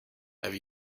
have